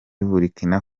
burkina